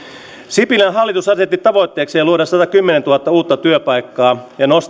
sipilän hallitus asetti tavoitteekseen luoda satakymmentätuhatta uutta työpaikkaa ja